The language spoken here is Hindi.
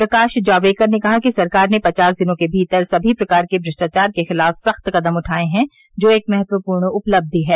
प्रकाश जावड़ेकर ने कहा कि सरकार ने पचास दिनों के भीतर सभी प्रकार के भ्रष्टाचार के खिलाफ सख्त कदम उठाये हैं जो एक महत्वपूर्ण उपलब्धि है